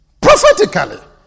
prophetically